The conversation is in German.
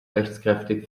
rechtskräftig